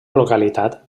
localitat